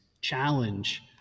challenge